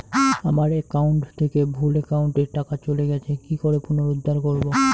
আমার একাউন্ট থেকে ভুল একাউন্টে টাকা চলে গেছে কি করে পুনরুদ্ধার করবো?